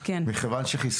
זה היה 970